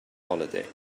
holiday